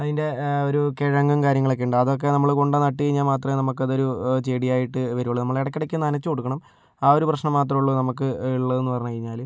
അതിൻ്റെ ഒരു കിഴങ്ങും കാര്യങ്ങളൊക്കെ ഉണ്ട് അതൊക്കെ നമ്മള് കൊണ്ട് നട്ടു കഴിഞ്ഞാൽ മാത്രമേ നമുക്കതൊരു ചെടിയായിട്ട് വരികയുള്ളു നമ്മളിടയ്ക്കിടയ്ക്ക് നനച്ച് കൊടുക്കണം ആ ഒരു പ്രശ്നം മാത്രമേയുള്ളു നമുക്ക് ഉള്ളതെന്ന് പറഞ്ഞ് കഴിഞ്ഞാല്